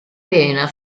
pena